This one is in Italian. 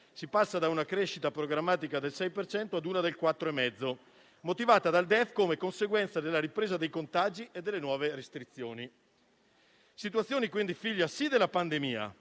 si passa da una crescita programmatica del 6 per cento a una del 4,5, motivata dal DEF come conseguenza della ripresa dei contagi e delle nuove restrizioni. Una situazione, quindi, certamente figlia della pandemia,